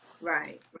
Right